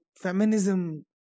feminism